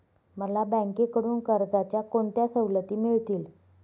मला बँकेकडून कर्जाच्या कोणत्या सवलती मिळतील?